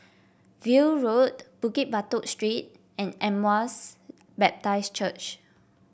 View Road Bukit Batok Street and Emmaus Baptist Church